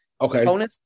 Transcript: Okay